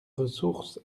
ressource